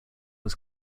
was